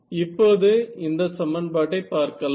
இப்போது இந்த சமன்பாட்டை பார்க்கலாம்